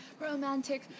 romantic